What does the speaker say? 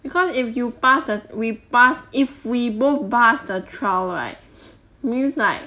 because if you pass the we pass if we both pass the trial right means like